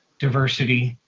diversity,